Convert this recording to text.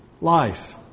life